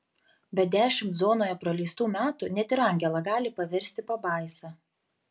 bet dešimt zonoje praleistų metų net ir angelą gali paversti pabaisa